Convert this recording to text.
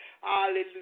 Hallelujah